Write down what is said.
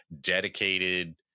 dedicated